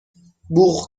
بوق